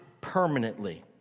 permanently